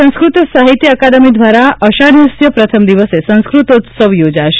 સંસ્કૃત સાહિત્ય અકાદમી દ્વારા આષાઢસ્ય પ્રથમ દિવસે સંસ્કૃતોત્સવ યોજાશે